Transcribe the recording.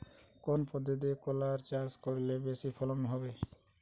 কোন পদ্ধতিতে করলা চাষ করলে বেশি ফলন হবে?